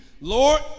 Lord